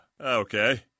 okay